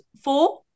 four